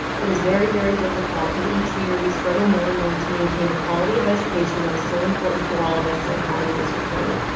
it is very, very difficult. in each year we struggle more and more to maintain the quality of education that is so important to all of us. that academy district twenty.